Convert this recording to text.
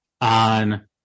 on